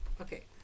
okay